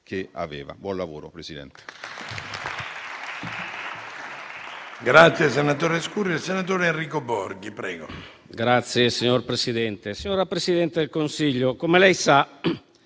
che aveva. Buon lavoro, presidente